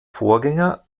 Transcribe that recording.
vorgänger